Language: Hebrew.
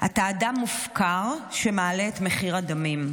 אתה אדם מופקר שמעלה את מחיר הדמים,